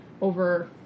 over